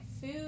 food